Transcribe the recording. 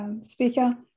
speaker